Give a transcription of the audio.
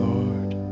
Lord